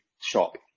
shop